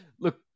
Look